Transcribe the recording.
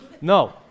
No